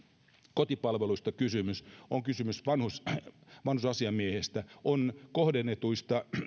kotipalveluista kysymys on kysymys vanhusasiamiehestä on kysymys kohdennetuista